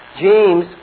James